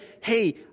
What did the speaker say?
hey